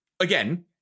again